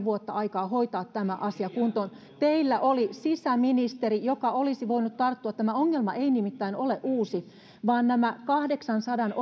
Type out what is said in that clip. vuotta aikaa hoitaa tämä asia kuntoon teillä oli sisäministeri joka olisi voinut tarttua tähän tämä ongelma ei nimittäin ole uusi vaan kun on nämä kahdeksansadan